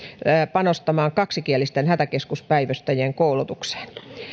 panostamaan kaksikielisten hätäkeskuspäivystäjien koulutukseen